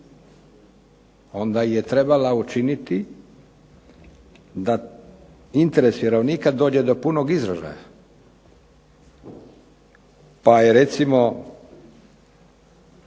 Onda je trebala učiniti da interes vjerovnika dođe do punog izražaja. Pa je recimo